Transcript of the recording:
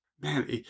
man